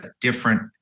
different